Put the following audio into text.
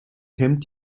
hemmt